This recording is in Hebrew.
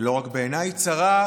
ולא רק בעיניי, היא צרה,